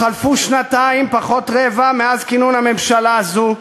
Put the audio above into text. חלפו שנתיים פחות רבע מאז כינון הממשלה הזאת,